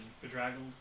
bedraggled